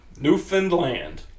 Newfoundland